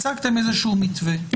הצגתם איזה מתווה,